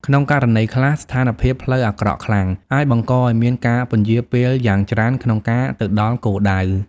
ក្នុងករណីខ្លះ ស្ថានភាពផ្លូវអាក្រក់ខ្លាំងអាចបង្កឱ្យមានការពន្យារពេលយ៉ាងច្រើនក្នុងការទៅដល់គោលដៅ។